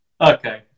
Okay